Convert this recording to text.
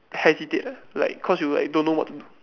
hesitate like like cause you like don't know what to do